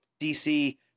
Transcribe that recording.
DC